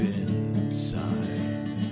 inside